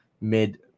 mid